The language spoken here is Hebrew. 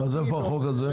החוק --- אז איפה החוק הזה?